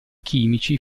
chimici